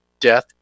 Death